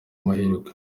mahirwe